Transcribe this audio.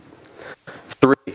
Three